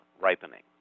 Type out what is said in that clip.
ripening